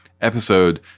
episode